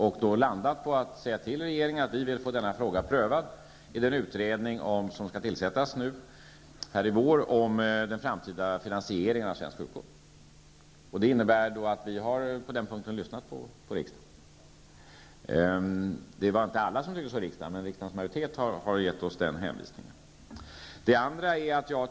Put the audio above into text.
Riksdagen beslutade att säga till regeringen att man vill ha denna fråga prövad i den utredning om den framtida finansieringen av svensk sjukvård som skall tillsättas i vår. Vi har lyssnat på riksdagen. Alla i riksdagen tyckte inte så, men riksdagens majoritet har gett oss den hänvisningen.